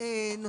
תסבירי.